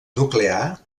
nuclear